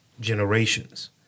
generations